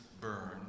burn